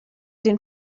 den